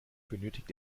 benötigt